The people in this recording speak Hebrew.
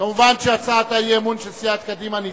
מובן שהצעת האי-אמון של סיעת קדימה נדחתה,